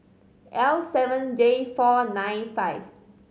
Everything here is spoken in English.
L seven J four nine five